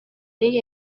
dei